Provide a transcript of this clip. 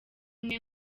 umwe